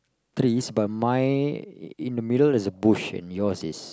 trees but mine in the middle is a bush and yours is